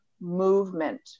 movement